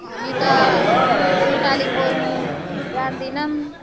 हामी त नेपाली बोल्नु जान्दैनौँ